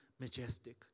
majestic